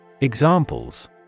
Examples